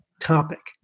topic